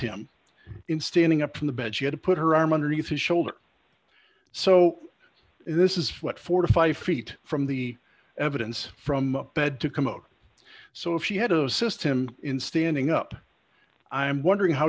him in standing up from the bed she had to put her arm underneath his shoulder so this is what four to five feet from the evidence from bed to commode so if she had assist him in standing up i'm wondering how